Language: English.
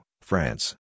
France